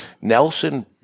Nelson